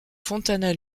fontana